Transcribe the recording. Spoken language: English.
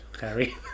Harry